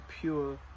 pure